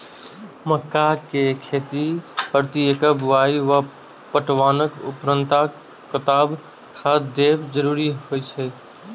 मक्का के खेती में प्रति एकड़ बुआई आ पटवनक उपरांत कतबाक खाद देयब जरुरी होय छल?